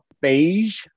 beige